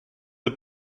the